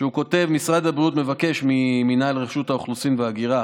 והוא כותב: משרד הבריאות מבקש ממינהל רשות האוכלוסין וההגירה